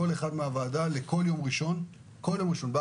אחד מהוועדה לאחד מימי ראשון בהפתעה.